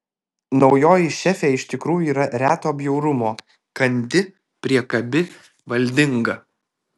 naujoji šefė iš tikrųjų yra reto bjaurumo kandi priekabi valdinga